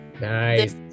Nice